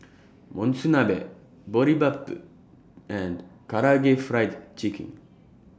Monsunabe Boribap and Karaage Fried Chicken